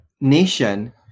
nation